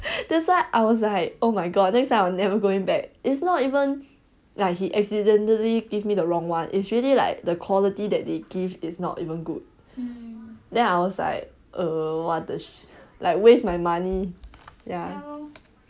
that's why I was like oh my god next time I'll never going back it's not even like he accidentally give me the wrong one it's really like the quality that they give is not even good then I was like err what the shit like waste my money ya